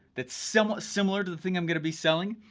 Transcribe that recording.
it's similar similar to the thing i'm gonna be selling.